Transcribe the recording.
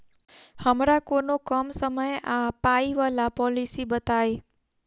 हमरा कोनो कम समय आ पाई वला पोलिसी बताई?